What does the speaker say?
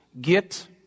get